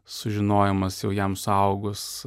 sužinojimas jau jam suaugus